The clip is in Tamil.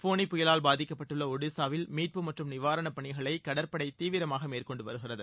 போனி புயலால் பாதிக்கப்பட்டுள்ள ஒடிசாவில் மீட்பு மற்றும் நிவாரணப்பணிகளை கடற்படை தீவிரமாக மேற்கொண்டு வருகிறது